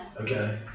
Okay